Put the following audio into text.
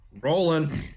Rolling